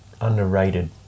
underrated